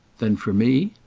then for me?